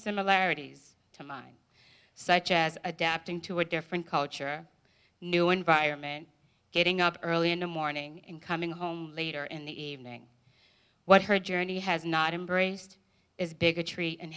similarities to mine such as adapting to a different culture new environment getting up early in the morning and coming home later in the evening what her journey has not embraced is bigotry and